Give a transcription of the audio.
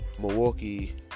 Milwaukee